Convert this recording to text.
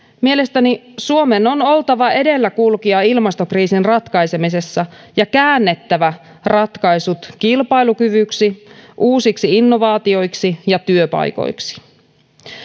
mielestäni suomen on oltava edelläkulkija ilmastokriisin ratkaisemisessa ja käännettävä ratkaisut kilpailukyvyksi uusiksi innovaatioiksi ja työpaikoiksi